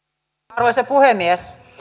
arvoisa puhemies